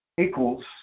equals